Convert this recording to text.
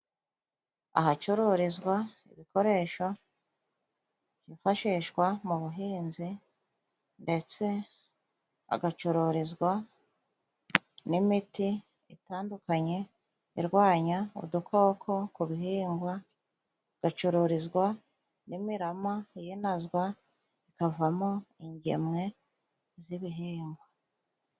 Ahacururizwa ibikoresho byifashishwa mu buhinzi, ndetse hagacururizwa n'imiti itandukanye irwanya udukoko ku bihingwa, hagacururizwa n'imirama yinazwa ikavamo ingemwe z'ibihingwa.